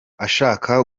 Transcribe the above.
ashaka